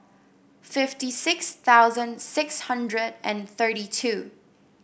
fifty six thousand six hundred and thirty two